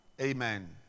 Amen